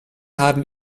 haben